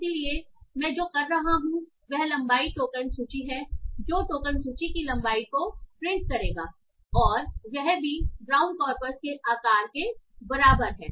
इसलिए मैं जो कर रहा हूं वह लंबाई टोकन सूची है जो टोकन सूची की लंबाई को प्रिंट करेगा और वह भी ब्राउन कॉर्पस के आकार के बराबर है